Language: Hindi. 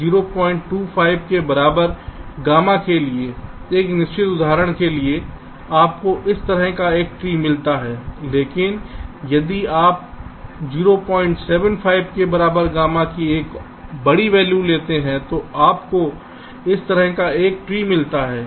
025 के बराबर गामा के लिए एक निश्चित उदाहरण के लिए आपको इस तरह का एक ट्री मिलता है लेकिन यदि आप 075 के बराबर गामा की एक बड़ी वैल्यू लेते हैं तो आपको इस तरह का एक ट्री मिलता है